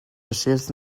received